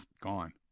gone